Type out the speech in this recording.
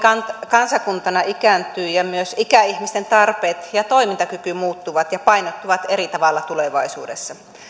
kansakuntana ikääntyy ja myös ikäihmisten tarpeet ja toimintakyky muuttuvat ja painottuvat eri tavalla tulevaisuudessa